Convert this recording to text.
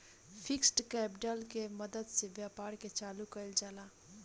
fixed capital के मदद से व्यापार के चालू कईल जाला